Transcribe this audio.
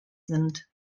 sind